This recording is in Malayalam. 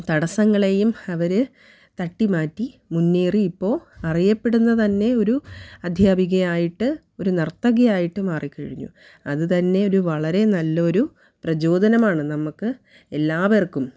തടസ്സങ്ങളെയും അവർ തട്ടി മാറ്റി മുന്നേറി ഇപ്പോൾ അറിയപ്പെടുന്നത് തന്നെ ഒരു അധ്യാപികയായിട്ട് ഒരു നർത്തകിയായിട്ട് മാറിക്കഴിഞ്ഞു അത് തന്നെ ഒരു വളരെ നല്ലൊരു പ്രചോദനമാണ് നമുക്ക് എല്ലാവർക്കും